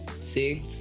See